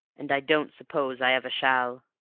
and i don't suppose i ever shall.